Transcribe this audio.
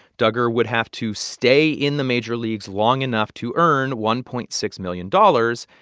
dugger would have to stay in the major leagues long enough to earn one point six million dollars,